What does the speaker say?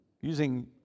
using